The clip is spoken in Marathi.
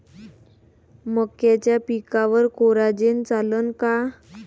मक्याच्या पिकावर कोराजेन चालन का?